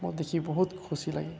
ମୁଁ ଦେଖି ବହୁତ ଖୁସି ଲାଗେ